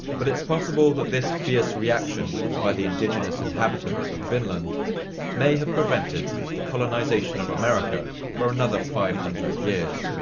but it's possible that this fierce reaction by the indigenous inhabitants of vinland may have prevented the colonization of america for another five hundred years.